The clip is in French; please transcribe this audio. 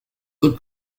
code